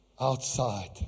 Outside